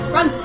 Run